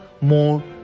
more